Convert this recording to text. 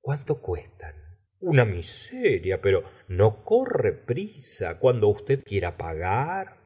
cuánto cuestan una miseria pero no corre prisa cuando usted quiera pagar